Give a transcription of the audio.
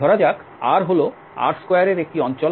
ধরা যাক R হল R2 এর একটি অঞ্চল